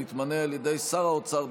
המתמנה על ידי שר האוצר,